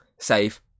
save